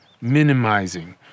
Minimizing